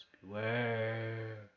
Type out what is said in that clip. Beware